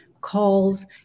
calls